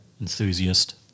enthusiast